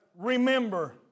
Remember